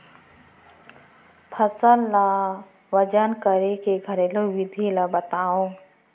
फसल ला वजन करे के घरेलू विधि ला बतावव?